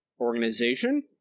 organization